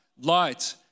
light